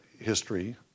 history